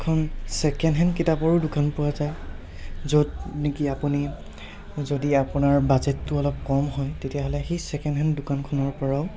এখন second hand কিতাপৰো দোকান পোৱা যায় য'ত নেকি আপুনি যদি আপোনাৰ বাজেটটো অলপ কম হয় তেতিয়াহ'লে সেই ছেকেণ্ড হেণ্ড দোকানখনৰপৰাও